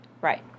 Right